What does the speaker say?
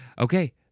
Okay